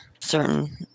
certain